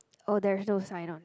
oh there is no sign ah